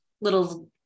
little